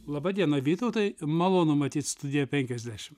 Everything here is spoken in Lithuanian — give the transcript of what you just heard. laba diena vytautai malonu matyt studijoje penkiasdešim